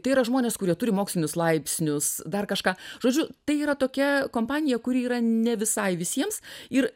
tai yra žmonės kurie turi mokslinius laipsnius dar kažką žodžiu tai yra tokia kompanija kuri yra ne visai visiems ir